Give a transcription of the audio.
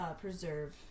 preserve